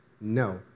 no